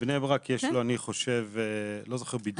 בבני ברק יש, אני לא זוכר בדיוק כמה.